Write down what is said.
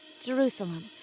Jerusalem